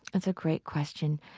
that's a great question.